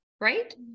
right